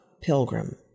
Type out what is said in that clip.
Pilgrim